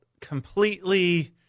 completely